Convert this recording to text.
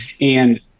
And-